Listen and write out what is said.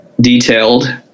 detailed